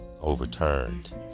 overturned